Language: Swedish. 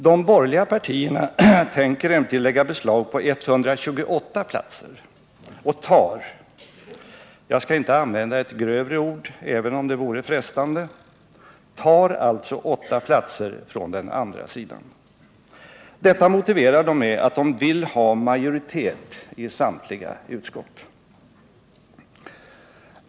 De borgerliga partierna tänker emellertid lägga beslag på 128 platser och tar — jag skall inte använda ett grövre ord, även om det vore frestande — alltså 8 platser från den andra sidan. Detta motiverar de med att de vill ha majoritet i samtliga utskott.